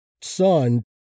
son